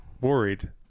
worried